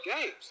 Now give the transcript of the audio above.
games